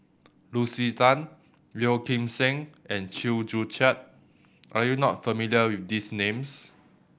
Lucy Tan Yeo Kim Seng and Chew Joo Chiat are you not familiar with these names